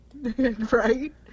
Right